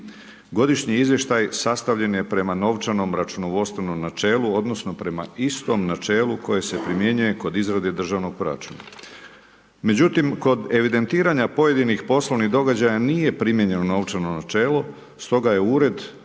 Godišnji izvještaj sastavljen je prema novčanom računovodstvenom načelu, odnosno, prema istom načelu koji se primjenjuje kod izravnog državnog proračuna. Međutim, kod evidentiranja pojedinih poslovnih događaja, nije primijenjeno novčano načelo, stoga je ured